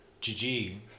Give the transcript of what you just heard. Gigi